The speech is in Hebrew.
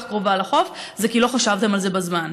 קרובה לחוף זה כי לא חשבתם על זה בזמן.